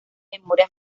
memoria